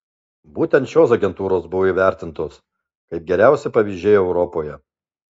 būtent šios agentūros buvo įvertintos kaip geriausi pavyzdžiai europoje